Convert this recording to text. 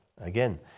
again